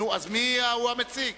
מי מציג